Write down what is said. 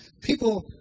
People